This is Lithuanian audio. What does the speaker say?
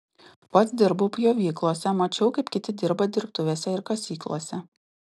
pats dirbau pjovyklose mačiau kaip kiti dirba dirbtuvėse ir kasyklose